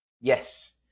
Yes